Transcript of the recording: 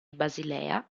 basilea